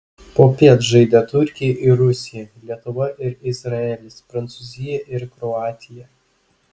popiet žaidė turkija ir rusija lietuva ir izraelis prancūzija ir kroatija